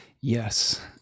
Yes